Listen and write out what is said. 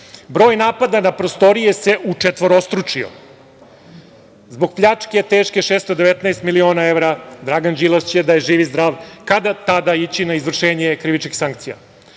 broj napada na prostorije se učetvorostručio. Zbog pljačke teške 619 miliona evra, Dragan Đilas će, da je živ i zdrav, kada, tada ići na izvršenje krivičnih sankcija.Za